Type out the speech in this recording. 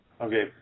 Okay